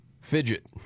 fidget